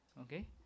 okay